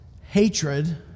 hatred